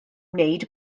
wneud